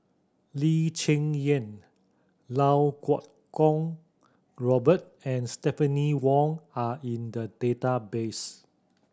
Lee Cheng Yan Lau Kuo Kwong Robert and Stephanie Wong are in the database